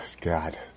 God